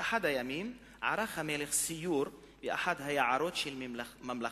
באחד הימים ערך המלך סיור באחד היערות של ממלכתו,